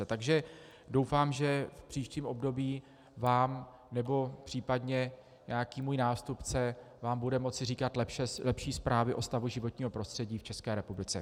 Takže doufám, že v příštím období vám nebo případně nějaký můj nástupce budu moci říkat lepší zprávy o stavu životního prostředí v České republice.